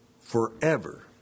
forever